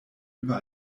über